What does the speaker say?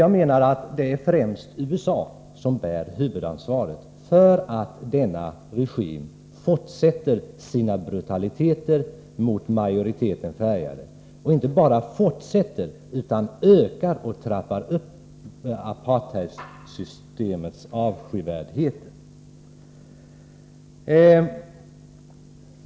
Jag menar att det främst är USA som bär huvudansvaret för att denna regim fortsätter sina brutaliteter mot folkmajoriteten, som är färgad. Den inte bara fortsätter utan trappar upp apartheidsystemets avskyvärdheter.